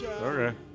Okay